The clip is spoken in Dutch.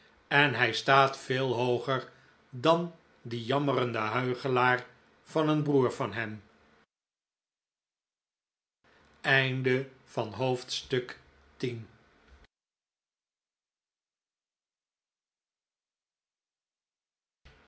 en hij staat veel hooger dan die jammerende huichelaar van een broer van hem